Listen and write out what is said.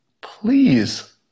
please